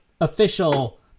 official